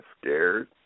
scared